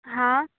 हाँ